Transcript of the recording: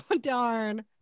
darn